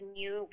new